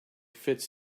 fits